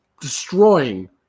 destroying